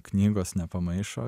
knygos nepamaišo